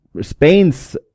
Spain's